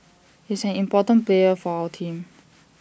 he's an important player for our team